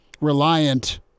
reliant